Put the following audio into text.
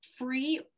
free